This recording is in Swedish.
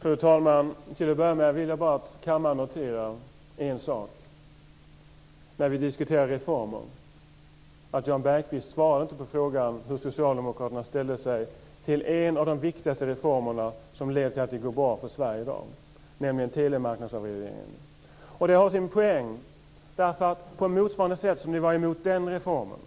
Fru talman! Till att börja med vill jag att kammaren noterar en sak i diskussionen om reformer: Jan Bergqvist svarade inte på frågan om hur socialdemokraterna ställde sig till en av de viktigaste reformerna som ledde till att det går bra för Sverige i dag, nämligen avregleringen av telemarknaden. Det har sin poäng. På motsvarande sätt som ni var emot den reformen